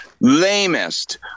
lamest